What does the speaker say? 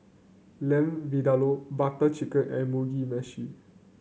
Lamb Vindaloo Butter Chicken and Mugi Meshi